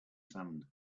sand